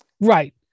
Right